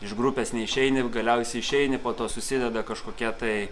iš grupės neišeini ir galiausiai išeini po to susideda kažkokie tai